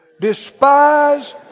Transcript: Despise